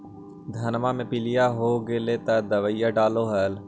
धनमा मे पीलिया हो गेल तो दबैया डालो हल?